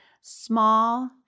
Small